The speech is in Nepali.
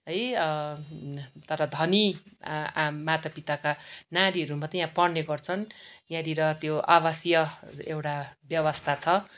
है तर धनि आ आ माता पिताका नानीहरू मात्रै यहाँ पढ्ने गर्छन् यहाँनिर त्यो आवसिय एउटा व्यवस्था छ